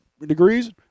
degrees